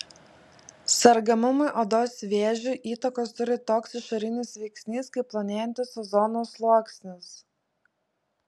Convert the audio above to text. sergamumui odos vėžiu įtakos turi toks išorinis veiksnys kaip plonėjantis ozono sluoksnis